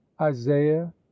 isaiah